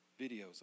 videos